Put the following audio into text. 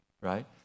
right